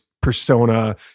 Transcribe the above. persona